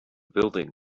building